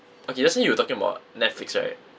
okay just now you were talking about Netflix right